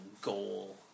goal